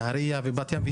בנתניה ובבת ים.